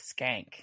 skank